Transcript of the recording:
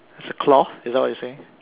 is a cloth is that what you're saying